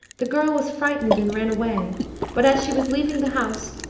the girl was frightened and ran away but, as she was leaving the house,